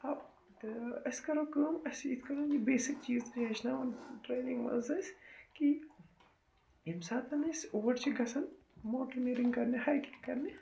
اَو تہٕ أسۍ کَرو کٲم أسۍ یِتھٕ کٔنٮ۪ن یہِ بیسِک چیٖز تہِ چھِ ہیٚچھناوان ٹرٛینِنٛگ منٛز أسۍ کہِ ییٚمہِ ساتہٕ أسۍ اوٚر چھِ گَژھان ماوٹِنیرِنٛگ کَرنہِ ہایکِنٛگ طٛاچکینگظ کَرنہِ